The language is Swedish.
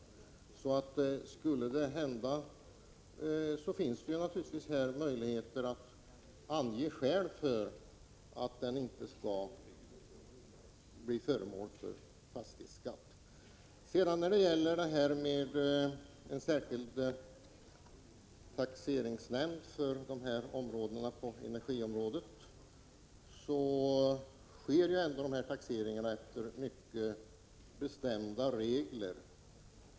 Skulle det hända finns det naturligtvis möjlighet att ange skäl för att den inte skall bli föremål för fastighetsskatt. När det gäller en särskild taxeringsnämnd för energiområdet vill jag framhålla att taxeringen här sker efter mycket bestämda regler.